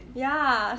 ya